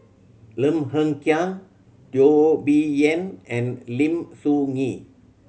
Lim Hng Kiang Teo Bee Yen and Lim Soo Ngee